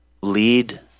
lead